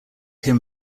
him